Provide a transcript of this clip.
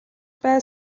бай